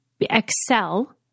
Excel